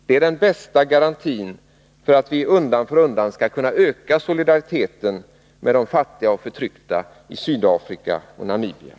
Det är den bästa garantin för att vi undan för undan skall kunna öka solidariteten med de fattiga och förtryckta i Sydafrika och Namibia.